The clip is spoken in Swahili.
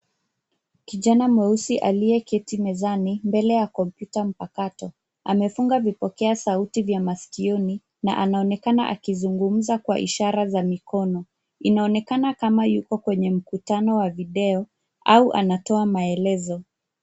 Kijana mweusi aliyeketi mezani mbele ya kompyuta mpakato, amefunga vipokea sauti vya masikioni na anaonekana akizungumza kwa ishara za mikono. Inaonekana kama yuko kwenye mkutano wa video au anatoa maelezo.